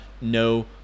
no